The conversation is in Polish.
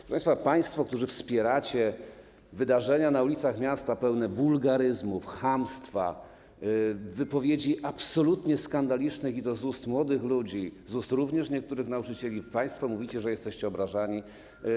Państwo, którzy wspieracie wydarzenia na ulicach miasta pełne wulgaryzmów, chamstwa, wypowiedzi absolutnie skandalicznych, i to z ust młodych ludzi, z ust również niektórych nauczycieli, mówicie, że jesteście obrażani?